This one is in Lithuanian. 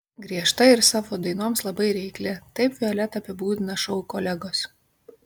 griežta ir savo dainoms labai reikli taip violetą apibūdina šou kolegos